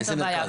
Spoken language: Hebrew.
איזה מרכז?